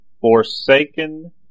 forsaken